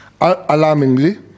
Alarmingly